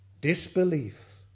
disbelief